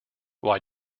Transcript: why